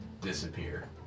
disappear